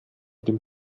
dem